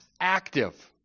active